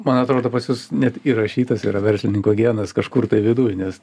man atrodo pas jus net įrašytas yra verslininko genas kažkur viduj nes